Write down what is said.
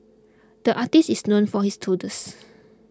the artist is known for his doodles